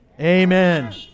Amen